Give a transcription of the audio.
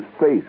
face